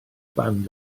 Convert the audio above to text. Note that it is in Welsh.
band